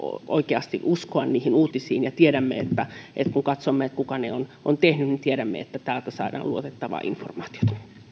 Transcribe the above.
oikeasti uskoa niihin uutisiin ja tiedämme kun katsomme kuka ne on on tehnyt että täältä saadaan luotettavaa informaatiota